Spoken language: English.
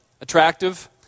attractive